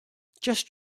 just